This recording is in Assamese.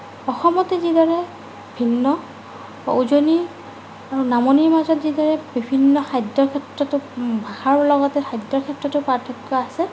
অসমতে যিদৰে ভিন্ন উজনি আৰু নামনিৰ মাজত যিদৰে বিভিন্ন খাদ্যৰ ক্ষেত্ৰতো ভাষাৰ লগতে খাদ্যৰ ক্ষেত্ৰতো পাৰ্থক্য আছে